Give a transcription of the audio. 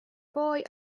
boy